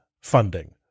funding